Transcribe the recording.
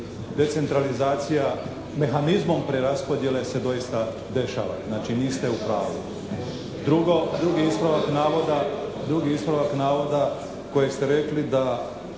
Decentralizacija mehanizmom preraspodjele se doista dešava, znači niste u pravu. Drugo, drugi ispravak navoda kojeg ste rekli da